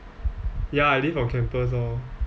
ya I live on campus orh